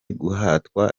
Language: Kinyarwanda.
guhatwa